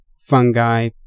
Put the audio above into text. fungi